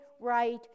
right